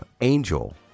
Angel